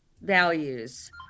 values